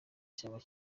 cyangwa